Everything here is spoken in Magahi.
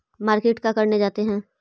मार्किट का करने जाते हैं?